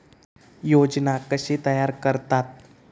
योजना कशे तयार करतात?